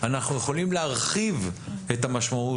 אנחנו יכולים להרחיב את המשמעות.